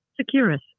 Securus